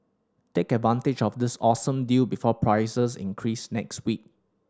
take advantage of this awesome deal before prices increase next week